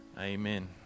Amen